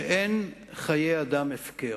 שאין חיי אדם הפקר.